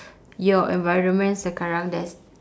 your environment sekarang there's